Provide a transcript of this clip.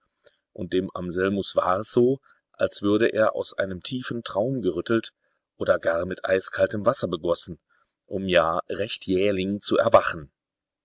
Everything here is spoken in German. und dem anselmus war es so als würde er aus einem tiefen traum gerüttelt oder gar mit eiskaltem wasser begossen um ja recht jähling zu erwachen